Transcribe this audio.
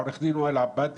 אני עו"ד,